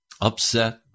upset